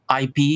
IP